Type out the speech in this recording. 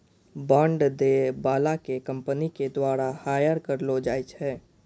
bond दै बाला के कंपनी के द्वारा हायर करलो जाय छै